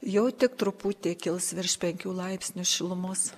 jau tik truputį kils virš penkių laipsnių šilumos